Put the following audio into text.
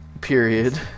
...period